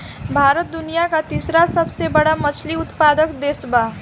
भारत दुनिया का तीसरा सबसे बड़ा मछली उत्पादक देश बा